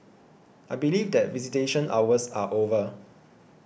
I believe that visitation hours are over